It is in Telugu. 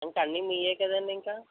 ఇంకన్నీ మీవే కదండి ఇంక